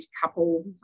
couple